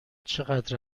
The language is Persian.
چقدر